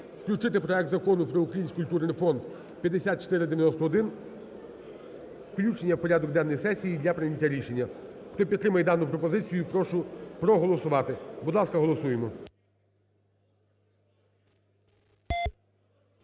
включити проект Закону про Український культурний фонд (5491), включення в порядок денний сесії для прийняття рішення. Хто підтримує дану пропозицію, прошу проголосувати. Будь ласка, голосуємо.